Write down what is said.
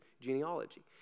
genealogy